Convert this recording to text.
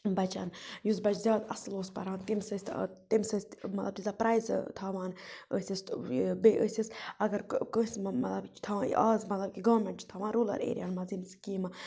بَچَن یُس بَچہِ زیادٕ اَصٕل اوس پَران تٔمِس ٲسۍ تٔمِس سۭتۍ مطلب تیٖژاہ پرٛایزٕ تھاوان ٲسِس بیٚیہِ ٲسِس اگر کٲنٛسہِ مطلب تھاوان آز مطلب کہِ گورمٮ۪نٛٹ چھِ تھاوان روٗلَر ایریاہَن منٛز یِم سِکیٖمہٕ